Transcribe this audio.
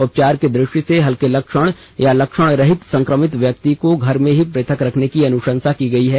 उपचार की दृष्टि से हल्के लक्षण या लक्षणरहित संक्रमित व्यक्ति को घर में ही पृथक रखने की अनुशंसा की गई है